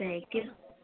चाहिएको थियो